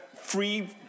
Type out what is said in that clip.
free